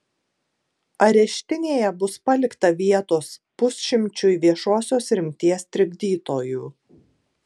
areštinėje bus palikta vietos pusšimčiui viešosios rimties trikdytojų